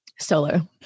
Solo